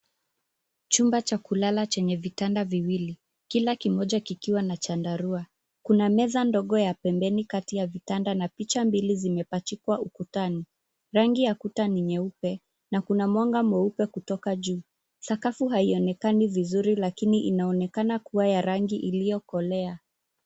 Chumba cha kulala chenye vitanda viwili, kila kimoja kikiwa na chandarua. Kuna meza ndogo ya pembeni kati ya vitanda na picha mbili zimepachikwa ukutani. Rangi ya kuta ni nyeupe na kuna mwanga mweupe kutoka juu. Sakafu haionekana vizuri lakini inaonekana kuwa ya rangi iliyokolea.